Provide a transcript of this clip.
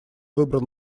выбрал